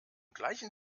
gleichen